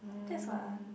that's what ah